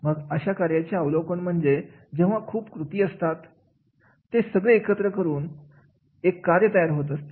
मग अशा कार्याचे अवलोकन म्हणजेजेव्हा खूप कृती असतात ते सगळे एकत्र करून एक कार्य तयार होत असते